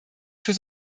für